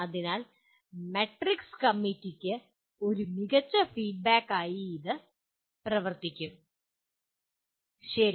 അതിനാൽ മാട്രിക്സ് കമ്മിറ്റിക്ക് ഒരു മികച്ച ഫീഡ്ബാക്കായി പ്രവർത്തിക്കും ശരി